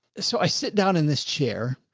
so i sit down in this chair,